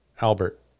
Albert